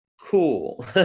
Cool